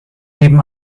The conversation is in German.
neben